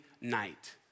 night